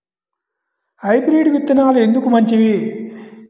Hybrid విత్తనాలు ఎందుకు మంచివి?